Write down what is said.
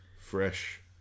Fresh